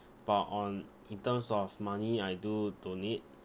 but on in terms of money I do donate